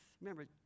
Remember